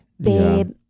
Babe